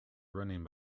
running